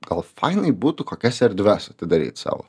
gal fainai būtų kokias erdves atidaryt sau